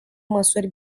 măsuri